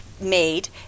made